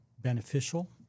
beneficial